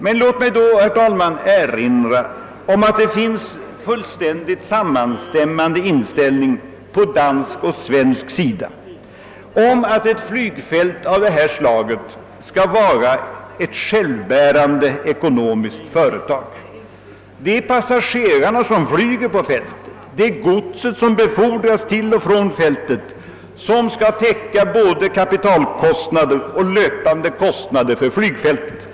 Men låt mig, herr talman, erinra om att det råder enighet både på svensk och dansk sida om att ett flygfält av det här slaget skall vara ett ekonomiskt självbärande företag. De passagerare som flyger och det gods som transporteras till och från fältet skall täcka både kapitalkostnader och löpande kostnader för flygfältets drift.